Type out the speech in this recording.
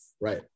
Right